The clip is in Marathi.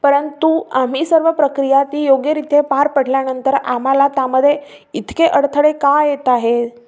परंतु आम्ही सर्व प्रक्रिया ती योग्यरित्या पार पडल्यानंतर आम्हाला त्यामध्ये इतके अडथळे का येत आहे